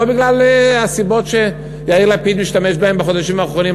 לא הסיבות שיאיר לפיד משתמש בהן בחודשים האחרונים,